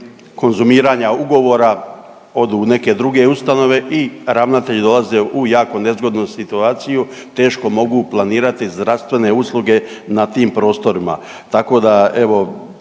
konzumiranja ugovora odu u neke druge ustanove i ravnatelji dolaze u jako nezgodu situaciju. Teško mogu planirati zdravstvene usluge na tim prostorima.